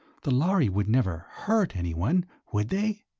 the lhari would never hurt anyone, would they?